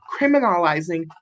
criminalizing